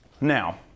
Now